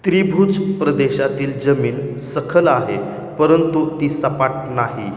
त्रिभुज प्रदेशातील जमीन सखल आहे परंतु ती सपाट नाही